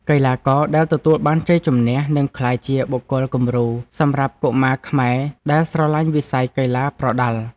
កីឡាករដែលទទួលបានជ័យជំនះនឹងក្លាយជាបុគ្គលគំរូសម្រាប់កុមារខ្មែរដែលស្រឡាញ់វិស័យកីឡាប្រដាល់។